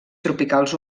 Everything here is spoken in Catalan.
tropicals